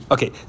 Okay